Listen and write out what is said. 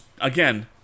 again